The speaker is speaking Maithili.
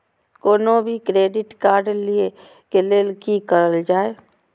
कोनो भी क्रेडिट कार्ड लिए के लेल की करल जाय?